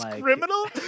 criminal